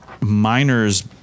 miners